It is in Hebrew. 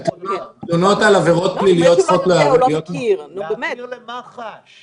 תלונות על עבירות פליליות --- צריך להעביר למח"ש.